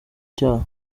cyaha